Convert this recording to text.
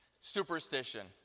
superstition